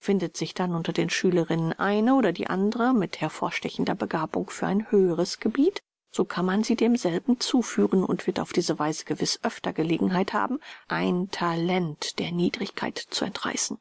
findet sich dann unter den schülerinnen eine oder die andre mit hervorstechender begabung für ein höheres gebiet so kann man sie demselben zuführen und wird auf diese weise gewiß öfter gelegenheit haben ein talent der niedrigkeit zu entreißen